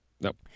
Nope